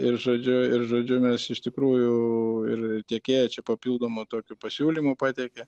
ir žodžiu ir žodžiu mes iš tikrųjų ir ir tiekėją čia papildomą tokį pasiūlymų pateikia